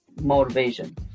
motivation